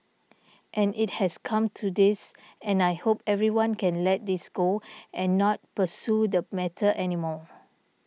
and it has come to this and I hope everyone can let this go and not pursue the matter anymore